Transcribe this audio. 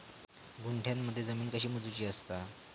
गुंठयामध्ये जमीन कशी मोजूची असता?